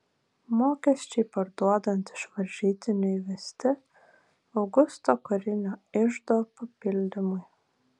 mokesčiai parduodant iš varžytinių įvesti augusto karinio iždo papildymui